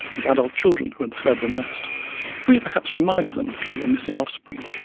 with adult children who had fled the nest we perhaps reminded them of their missing offspring.